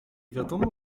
wiadomo